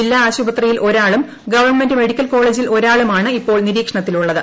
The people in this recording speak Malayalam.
ജില്ലാ ആശുപത്രിയിൽ ഒരാളും ഗവൺമെന്റ് മെഡിക്കൽ കോളേജിൽ ഒരാളുമാണ് ഇപ്പോൾ നിരീക്ഷണത്തിലുള്ളത്